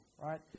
right